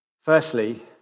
Firstly